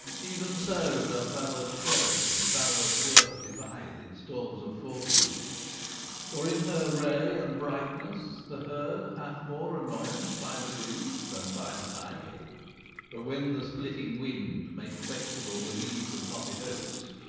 even so doth valour's show and valour's worth divide in storms of fortune for in her ray and brightness the herd hath more annoyance by the breeze than by the tiger but when the splitting wind makes flexible the knees of knotted oaks,